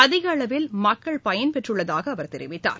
அதிகளவில் மக்கள் பயன்பெற்றுள்ளதாகதஅவர் தெரிவித்தார்